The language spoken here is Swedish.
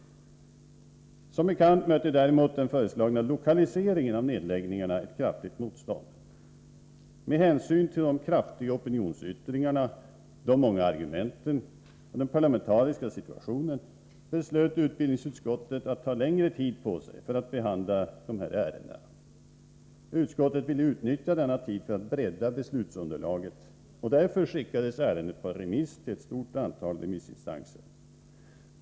Som bekant mötte däremot den föreslagna lokaliseringen av nedläggningarna ett kraftigt motstånd. Med hänsyn till de kraftiga opinionsyttringarna, de många argumenten och den parlamentariska situationen beslöt utbildningsutskottet att ta längre tid på sig för behandlingen av dessa ärenden. Utskottet ville utnyttja tiden till att bredda beslutsunderlaget. Därför skickades ärendet på remiss till ett stort antal remissinstanser.